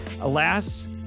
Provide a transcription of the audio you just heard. Alas